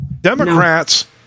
Democrats